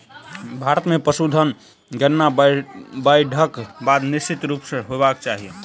भारत मे पशुधन गणना बाइढ़क बाद निश्चित रूप सॅ होयबाक चाही